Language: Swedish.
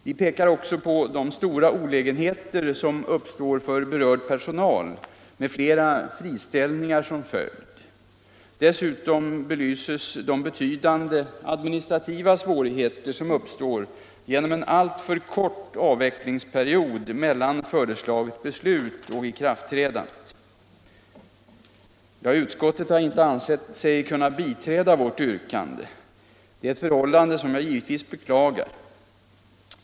Vi pekar också på de stora olägenheter som uppstår för berörd personal, med flera friställningar som följd. Dessutom belyses de betydande administrativa svårigheter som uppstår genom en alltför kort avvecklingsperiod mellan förslaget, beslutet och ikraftträdandet. Utskottet har inte ansett sig kunna biträda vårt yrkande, ett förhållande som jag givetvis beklagar.